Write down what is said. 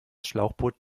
schlauchboot